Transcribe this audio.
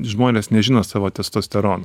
žmonės nežino savo testosterono